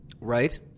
right